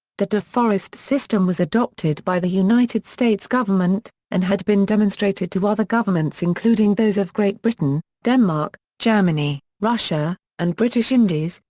the de forest system was adopted by the united states government, and had been demonstrated to other governments including those of great britain, denmark, germany, russia, and british indies,